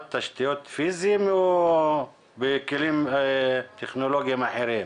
תשתיות פיזיות או בכלים טכנולוגיים אחרים?